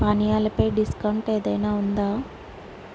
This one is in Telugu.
పానీయాలపై డిస్కౌంట్ ఏదైనా ఉందా